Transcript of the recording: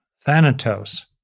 thanatos